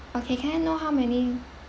okay can I know how many